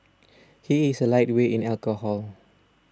he is a lightweight in alcohol